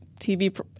TV